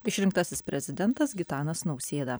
išrinktasis prezidentas gitanas nausėda